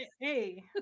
hey